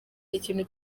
ikintu